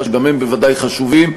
שגם הם בוודאי חשובים,